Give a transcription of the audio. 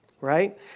right